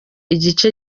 igice